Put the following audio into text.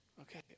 okay